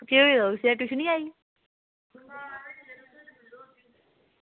केह् होये दा उसी ट्यूशन निं आई